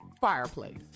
Fireplace